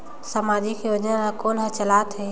समाजिक योजना ला कोन हर चलाथ हे?